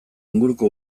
inguruko